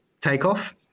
takeoff